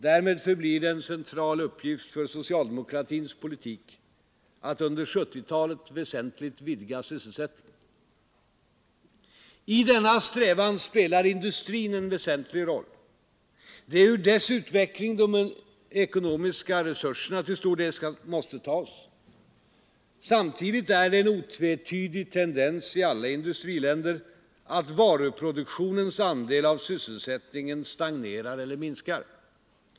Därför förblir det en central uppgift för socialdemokratins politik att under 1970-talet väsentligt vidga sysselsättningen. I denna strävan spelar industrin en viktig roll. Det är ur dess utveckling de ekonomiska resurserna till väsentlig del måste tas. Samtidigt är det en otvetydig tendens i alla industriländer att varuproduktionens andel av sysselsättningen stagnerar eller minskar.